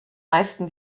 meisten